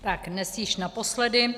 Tak dnes již naposledy.